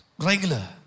Regular